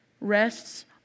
rests